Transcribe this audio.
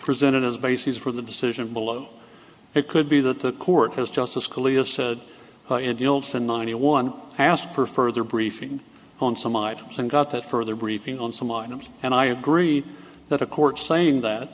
presented as a basis for the decision below it could be that the court has justice scalia said the ninety one asked for further briefing on some items and got that further briefing on some items and i agree that a court saying that